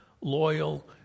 loyal